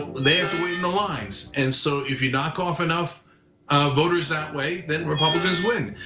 they have to wait in the lines. and so if you knock off enough voters that way, then republicans win.